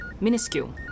minuscule